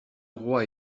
roi